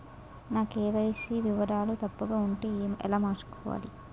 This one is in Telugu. నా కే.వై.సీ వివరాలు తప్పుగా ఉంటే ఎలా మార్చుకోవాలి?